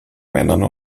männern